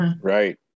Right